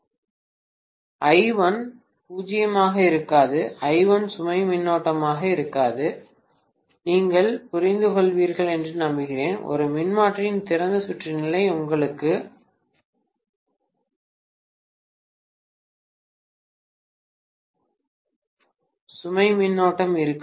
மாணவர் 4416 பேராசிரியர் I1 0 ஆக இருக்காது I1 சுமை மின்னோட்டமாக இருக்காது நீங்கள் புரிந்துகொள்வீர்கள் என்று நம்புகிறேன் ஒரு மின்மாற்றியின் திறந்த சுற்று நிலை உங்களுக்கு சுமை மின்னோட்டம் இருக்காது